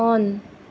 on